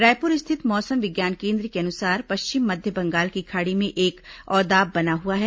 रायपुर स्थित मौसम विज्ञान केन्द्र के अनुसार पश्चिम मध्य बंगाल की खाड़ी में एक अवदाब बना हुआ है